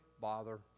bother